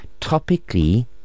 topically